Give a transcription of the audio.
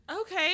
Okay